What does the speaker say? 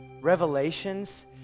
revelations